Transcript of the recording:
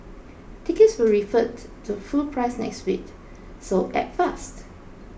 tickets will revert to full price next week so act fast